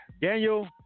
Daniel